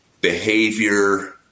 behavior